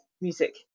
music